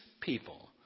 people